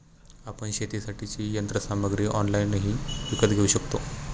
आपण शेतीसाठीची यंत्रसामग्री ऑनलाइनही विकत घेऊ शकता